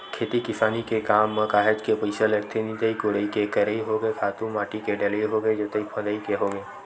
खेती किसानी के काम म काहेच के पइसा लगथे निंदई कोड़ई के करई होगे खातू माटी के डलई होगे जोतई फंदई के होगे